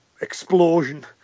explosion